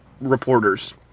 reporters